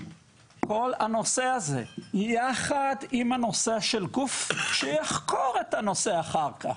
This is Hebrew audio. כל הנושא הזה יחד עם הנושא של גוף שיחקור את הנושא אחר כך.